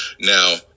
now